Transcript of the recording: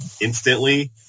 instantly